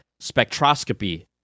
spectroscopy